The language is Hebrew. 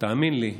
תאמין לי,